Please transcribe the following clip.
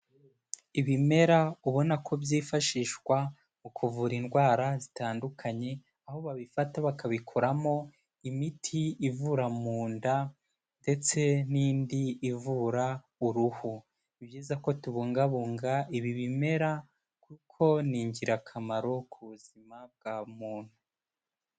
Ibimera ubona ko byifashishwa mu kuvura indwara zitandukanye aho babifata bakabikoramo imiti ivura mu nda ndetse n'indi ivura uruhu, ni byiza ko tubungabunga ibi bimera kuko ni ingirakamaro ku buzima bwa muntu.